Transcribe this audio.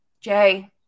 Jay